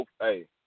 hey